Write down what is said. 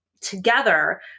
together